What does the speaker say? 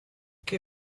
che